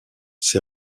ses